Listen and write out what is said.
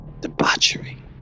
Debauchery